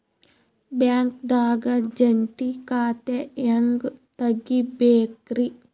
ಬ್ಯಾಂಕ್ದಾಗ ಜಂಟಿ ಖಾತೆ ಹೆಂಗ್ ತಗಿಬೇಕ್ರಿ?